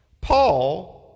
Paul